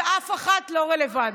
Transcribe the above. אז "אף אחת" לא רלוונטי.